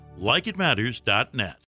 likeitmatters.net